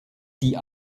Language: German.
die